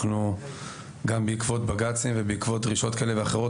גם בעקבות בג"צים ובעקבות דרישות כאלה ואחרות,